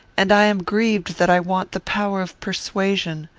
and i am grieved that i want the power of persuasion.